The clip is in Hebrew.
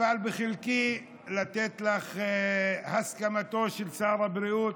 נפל בחלקי לתת לך את הסכמתו של שר הבריאות